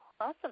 Awesome